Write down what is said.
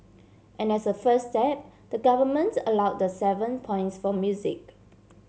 and as a first step the government allowed the seven points for music